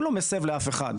הוא לא מסב לאף אחד.